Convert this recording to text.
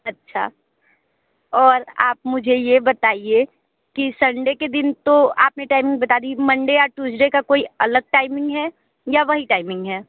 अच्छा और आप मुझे ये बताइए कि संडे के दिन तो आपने टाइमिंग बता दी मंडे या ट्यूस्डे का कोई अलग टाइमिंग है या वही टाइमिंग है